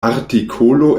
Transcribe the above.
artikolo